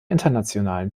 internationalen